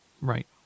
Right